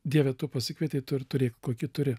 dieve tu pasikvietei tu ir turėk kokį turi